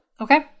Okay